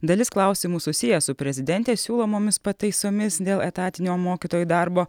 dalis klausimų susiję su prezidentės siūlomomis pataisomis dėl etatinio mokytojų darbo